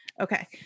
okay